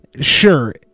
Sure